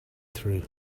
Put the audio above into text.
through